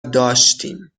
داشتیم